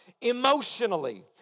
emotionally